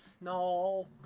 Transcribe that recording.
No